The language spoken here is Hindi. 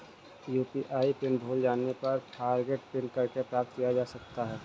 यू.पी.आई पिन भूल जाने पर फ़ॉरगोट पिन करके प्राप्त किया जा सकता है